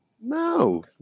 No